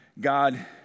God